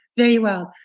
very well.